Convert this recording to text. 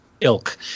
ilk